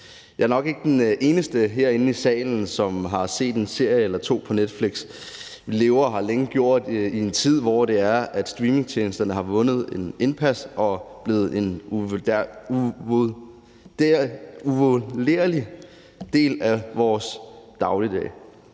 Jeg er nok ikke den eneste herinde i salen, som har set en serie eller to på Netflix. Vi har længe levet i en tid, hvor streamingtjenesterne har vundet indpas og er blevet en uvurderlig del af vores dagligdag.